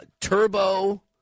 Turbo